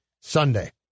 Sunday